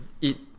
eat